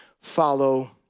follow